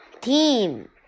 team